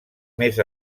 més